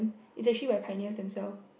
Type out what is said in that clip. is actually by pioneers them self